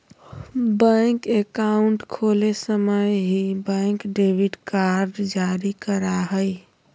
bank account खोले समय ही, बैंक डेबिट कार्ड जारी करा हइ